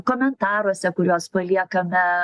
komentaruose kuriuos paliekame